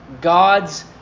God's